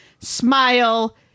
smile